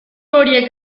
horiek